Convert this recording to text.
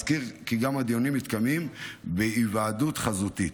אזכיר כי גם הדיונים מתקיימים בהיוועדות חזותית.